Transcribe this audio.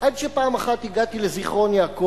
עד שפעם אחת הגעתי לזיכרון-יעקב,